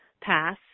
pass